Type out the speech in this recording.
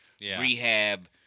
rehab